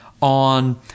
on